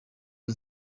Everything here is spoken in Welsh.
nhw